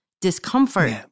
discomfort